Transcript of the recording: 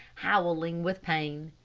howling with pain.